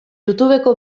youtubeko